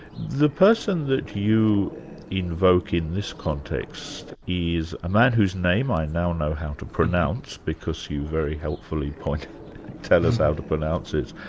the person that you invoke in this context is a man whose name i now know how to pronounce because you very helpfully tell us how to pronounce it,